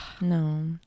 No